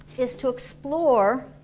is to explore